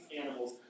animals